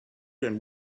and